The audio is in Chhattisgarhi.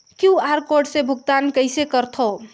क्यू.आर कोड से भुगतान कइसे करथव?